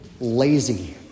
lazy